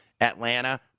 Atlanta